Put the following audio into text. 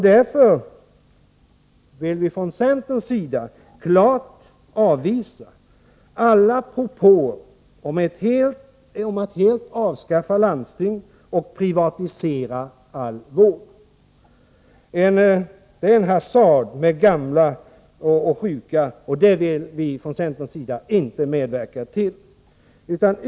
Därför vill vi från centerns sida klart avvisa alla propåer om att helt avskaffa landstingen och privatisera all vård. Det är en hasard med gamla och sjuka, och det vill vi från centerns sida inte medverka till.